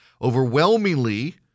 Overwhelmingly